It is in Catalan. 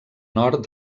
nord